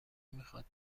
میخواد